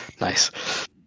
Nice